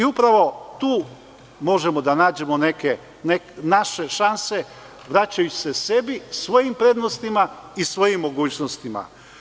Upravo tu možemo da nađemo naše šanse, vraćaju se sebi, svojim prednostima i svojim mogućnostima.